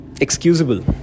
excusable